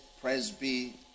presby